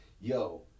yo